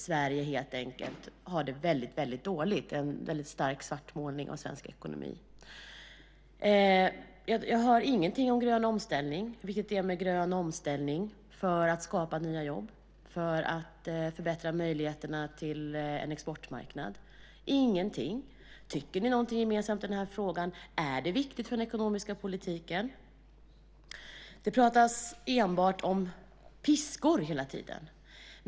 Sverige har det helt enkelt väldigt dåligt, säger man, och gör en kraftig svartmålning av svensk ekonomi. Jag hör ingenting om grön omställning och hur viktigt det är för att skapa nya jobb och för att förbättra möjligheterna till en exportmarknad. Tycker ni någonting gemensamt i den frågan? Är den viktig för den ekonomiska politiken? Det pratas enbart om piskor hela tiden.